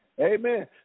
Amen